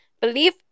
Belief